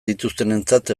dituztenentzat